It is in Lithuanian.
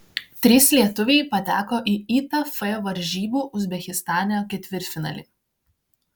trys lietuviai pateko į itf varžybų uzbekistane ketvirtfinalį